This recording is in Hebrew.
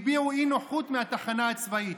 הביעו אי-נוחות מהתחנה הצבאית,